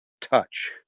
touch